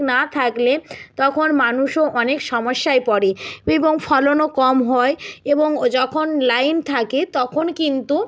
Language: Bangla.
না থাকলে তখন মানুষও অনেক সমস্যায় পড়ে এবং ফলনও কম হয় এবং ও যখন লাইন থাকে তখন কিন্তু